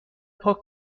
پاک